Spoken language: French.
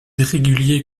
irrégulier